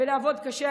ונעבוד קשה,